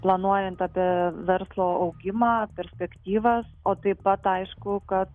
planuojant apie verslo augimą perspektyvas o taip pat aišku kad